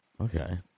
Okay